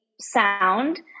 sound